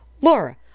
Laura